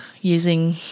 using